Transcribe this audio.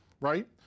right